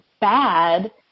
bad